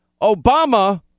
Obama